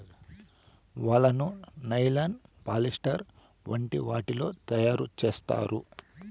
వలను nylon, polyester వంటి వాటితో తయారు చేత్తారు